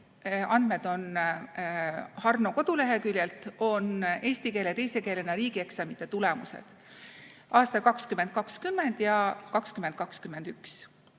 andmed on Harno koduleheküljelt – on eesti keele teise keelena riigieksamite tulemused aastal 2020 ja 2021.